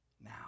now